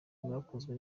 bwakozwe